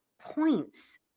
points